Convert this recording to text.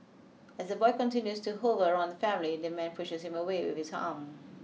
as the boy continues to hover around the family the man pushes him away with his arm